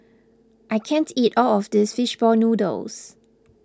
I can't eat all of this Fish Ball Noodles